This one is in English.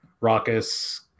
raucous